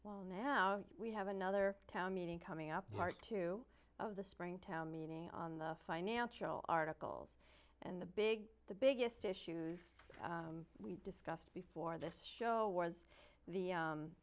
well now we have another town meeting coming up part two of the spring town meeting on the financial articles and the big the biggest issues we discussed before this show was the